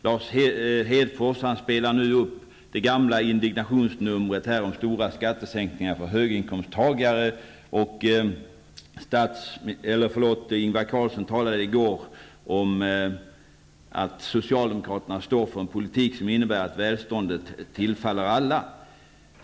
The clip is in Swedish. Lars Hedfors spelar nu upp det gamla indignationsnumret som går ut på att det är fråga om stora skattesänkningar för höginkomsttagare, och Ingvar Carlsson talade i går om att socialdemokraterna står för en politik som innebär att välståndet tillfaller alla.